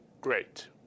great